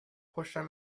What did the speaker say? prochain